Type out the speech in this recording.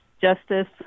justice